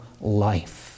life